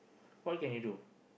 what can you do